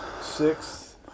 six